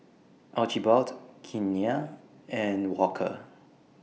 Archibald Keanna and Walker